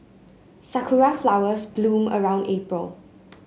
Sakura flowers bloom around April